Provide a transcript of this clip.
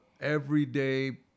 everyday